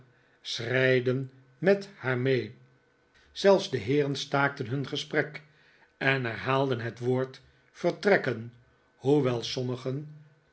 schreiden met haar mee zelfs de heeren staakten hun gesprek en herhaalden het woord vertrekken hoewel sommigen